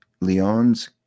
Leon's